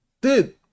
Dude